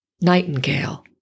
Nightingale